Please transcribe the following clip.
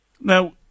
Now